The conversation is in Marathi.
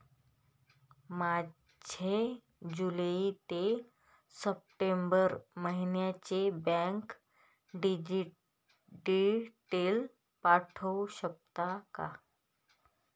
माझे जुलै ते सप्टेंबर महिन्याचे बँक डिटेल्स पाठवू शकता का?